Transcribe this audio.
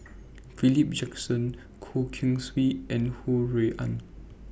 Philip Jackson Goh Keng Swee and Ho Rui An